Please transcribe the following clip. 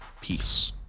Peace